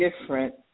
different